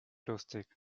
lustig